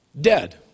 dead